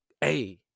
Hey